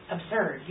Absurd